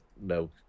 no